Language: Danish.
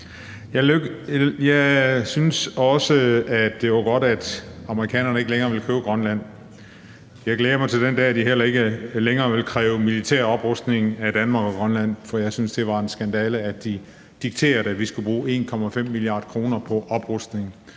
Jeg synes også, at det var godt, at amerikanerne ikke længere ville købe Grønland. Jeg glæder mig til den dag, de heller ikke længere vil kræve militær oprustning af Danmark og Grønland, for jeg synes, det var en skandale, at de dikterede, at vi skulle bruge 1,5 mia. kr. på oprustning.